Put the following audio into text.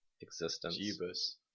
existence